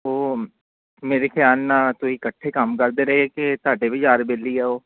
ਉਹ ਮੇਰੇ ਖਿਆਲ ਨਾਲ ਤੁਸੀਂ ਇਕੱਠੇ ਕੰਮ ਕਰਦੇ ਰਹੇ ਕਿ ਤੁਹਾਡੇ ਵੀ ਯਾਰ ਬੇਲੀ ਆ ਉਹ